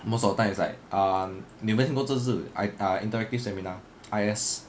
most of the time is like ah 你有没有听过这个字 I I interactive seminar I_S